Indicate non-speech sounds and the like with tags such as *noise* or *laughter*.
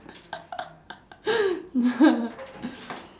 *laughs*